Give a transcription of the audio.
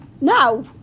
Now